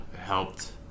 helped